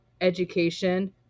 education